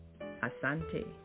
Asante